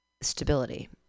stability